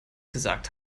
gesagt